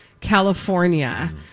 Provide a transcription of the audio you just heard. California